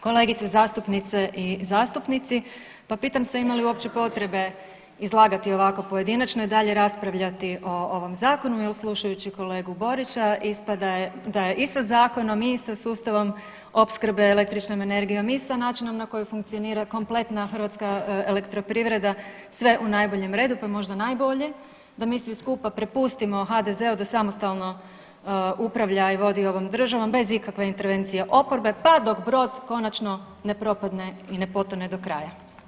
Kolegice zastupnice i zastupnici, pa pitam se ima li uopće potrebe izlagati ovako pojedinačno i dalje raspravljati o ovom zakonu jer slušajući kolegu Borića ispada da je i sa zakonom i sa sustavom opskrbe električnom energijom i sa načinom na koji funkcionira kompletna hrvatska elektroprivreda sve u najboljem redu, pa možda najbolje da mi svi skupa prepustimo HDZ-u da samostalno upravlja i vodi ovom državom bez ikakve intervencije oporbe pa dok brod konačno ne propadne i ne potone do kraja.